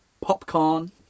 Popcorn